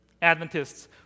Adventists